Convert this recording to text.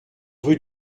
rue